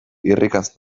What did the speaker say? irrikaz